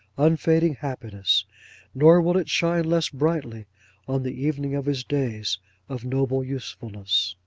unfading happiness nor will it shine less brightly on the evening of his days of noble usefulness.